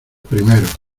primeros